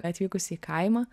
atvykusi į kaimą